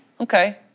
Okay